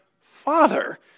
father